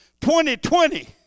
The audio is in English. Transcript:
2020